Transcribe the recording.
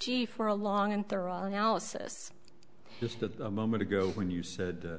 g for a long and thorough analysis just a moment ago when you said